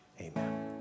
amen